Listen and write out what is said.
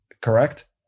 correct